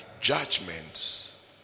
judgments